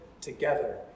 together